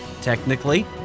technically